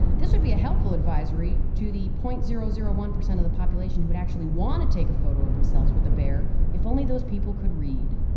this would be a helpful advisory to the point zero zero one percent of the population who would actually want to take a photo of themselves with a bear. if only those people could read.